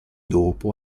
dopo